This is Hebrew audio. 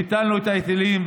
ביטלנו את ההיטלים.